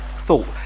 thought